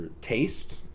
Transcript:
Taste